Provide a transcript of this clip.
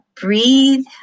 breathe